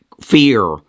fear